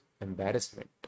embarrassment